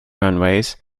runways